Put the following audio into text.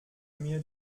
mir